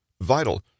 vital